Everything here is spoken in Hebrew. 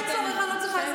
אין צורך, אני לא צריכה עזרה.